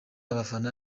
abafana